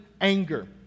anger